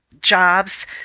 jobs